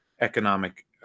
economic